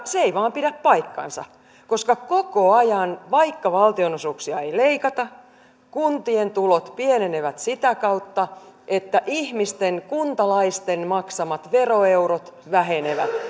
se ei vain pidä paikkaansa koska koko ajan vaikka valtionosuuksia ei leikata kuntien tulot pienenevät sitä kautta että ihmisten kuntalaisten maksamat veroeurot vähenevät